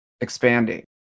expanding